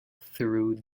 through